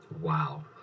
Wow